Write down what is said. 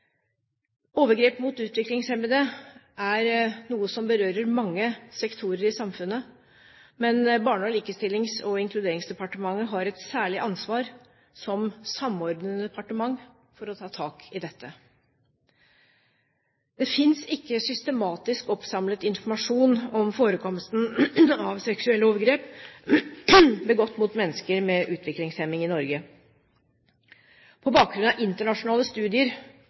Overgrep mot utviklingshemmede er noe som berører mange sektorer i samfunnet, men Barne-, likestillings- og inkluderingsdepartementet har et særlig ansvar som samordnende departement for å ta tak i dette. Det finnes ikke systematisk oppsamlet informasjon om forekomsten av seksuelle overgrep begått mot mennesker med utviklingshemming i Norge. På bakgrunn av internasjonale studier